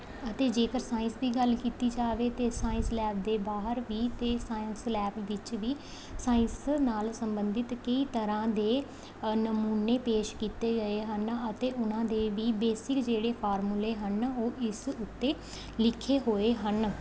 ਅਤੇ ਜੇਕਰ ਸਾਇੰਸ ਦੀ ਗੱਲ ਕੀਤੀ ਜਾਵੇ ਤਾਂ ਸਾਇੰਸ ਲੈਬ ਦੇ ਬਾਹਰ ਵੀ ਅਤੇ ਸਾਇੰਸ ਲੈਬ ਵਿੱਚ ਵੀ ਸਾਇੰਸ ਨਾਲ ਸੰਬੰਧਿਤ ਕਈ ਤਰ੍ਹਾਂ ਦੇ ਨਮੂਨੇ ਪੇਸ਼ ਕੀਤੇ ਗਏ ਹਨ ਅਤੇ ਉਹਨਾਂ ਦੇ ਵੀ ਬੇਸਿਕ ਜਿਹੜੇ ਫਾਰਮੂਲੇ ਹਨ ਉਹ ਇਸ ਉੱਤੇ ਲਿਖੇ ਹੋਏ ਹਨ